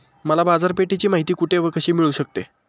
मला बाजारपेठेची माहिती कुठे व कशी मिळू शकते?